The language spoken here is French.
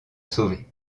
sauver